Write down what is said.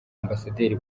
ambasaderi